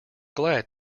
glad